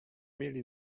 mieli